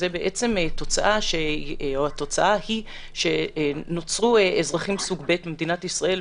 התוצאה היא שנוצרו אזרחים סוג ב' במדינת ישראל,